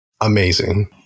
Amazing